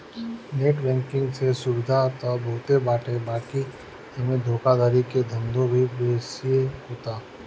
net banking से सुविधा त बहुते बाटे बाकी एमे धोखाधड़ी के धंधो भी बेसिये होता